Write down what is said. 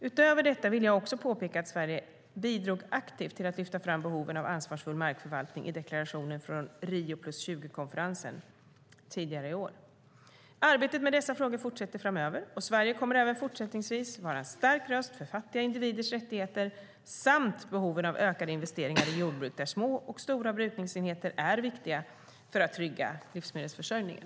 Utöver detta vill jag också påpeka att Sverige bidrog aktivt till att lyfta fram behovet av ansvarsfull markförvaltning i deklarationen från Rio + 20-konferensen tidigare i år. Arbetet med dessa frågor fortsätter framöver, och Sverige kommer även fortsättningsvis att vara en stark röst för fattiga individers rättigheter samt behoven av ökade investeringar i jordbruk där små och stora brukningsenheter är viktiga för att trygga livsmedelsförsörjningen.